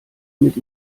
mit